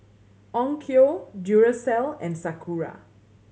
Onkyo Duracell and Sakura